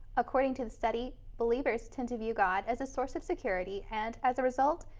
according to the study, believers tend to view god as a source of security, and as a result,